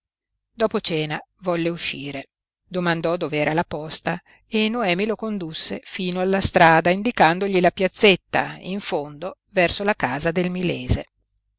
dopo cena volle uscire domandò dov'era la posta e noemi lo condusse fino alla strada indicandogli la piazzetta in fondo verso la casa del milese